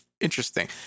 interesting